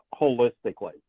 holistically